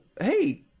hey